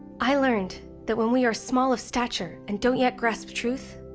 i learned that when we are small of stature and don't yet grasp truth,